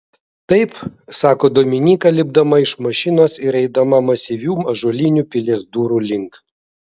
taip sako dominyka lipdama iš mašinos ir eidama masyvių ąžuolinių pilies durų link